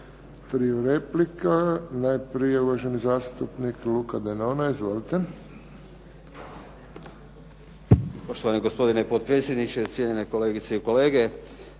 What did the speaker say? tri replika. Najprije uvaženi zastupnik Luka Denona. Izvolite. **Denona, Luka (SDP)** Poštovani gospodine potpredsjedniče, cijenjene kolegice i kolege.